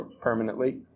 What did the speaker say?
permanently